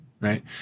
Right